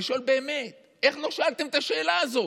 ואני שואל באמת: איך לא שאלתם את השאלה הזאת?